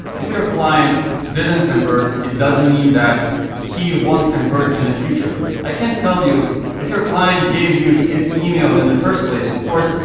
if your client didn't convert, it doesn't mean that he won't convert in the future. i can tell you if your client gave you his email in the first place, of course,